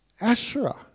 Asherah